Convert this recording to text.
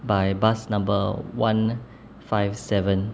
by bus number one five seven